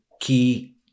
key